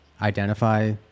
identify